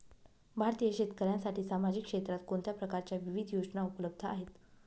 भारतीय शेतकऱ्यांसाठी सामाजिक क्षेत्रात कोणत्या प्रकारच्या विविध योजना उपलब्ध आहेत?